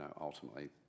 ultimately